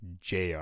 JR